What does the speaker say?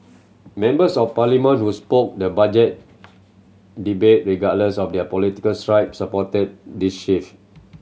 members of Parliament who was spoke the Budget debate regardless of their political stripes supported this shift